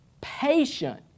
patient